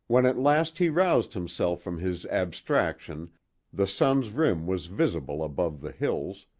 when at last he roused himself from his abstraction the sun's rim was visible above the hills,